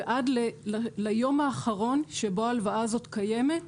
-- ועד ליום האחרון שבו ההלוואה הזאת קיימת,